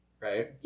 right